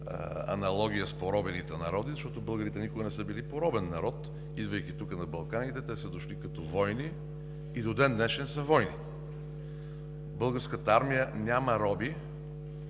аналогия с поробените народи, защото българите никога не са били поробен народ. Идвайки тук на Балканите, те са дошли като воини и до ден днешен са воини. Българската армия няма роби